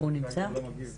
התוכנית מגדירה